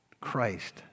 Christ